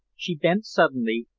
she bent suddenly,